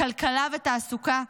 כלכלה ותעסוקה,